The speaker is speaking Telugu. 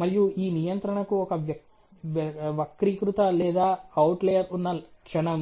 మరియు ఈ నియంత్రణకు ఒక వక్రీకృత లేదా ఔట్లియర్ ఉన్న క్షణం